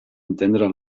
entendre